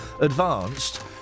advanced